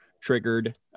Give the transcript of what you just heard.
triggered